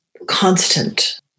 constant